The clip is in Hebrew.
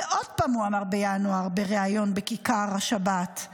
ועוד פעם, בינואר, הוא אמר בריאיון בכיכר השבת: